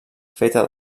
feta